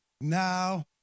Now